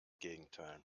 gegenteil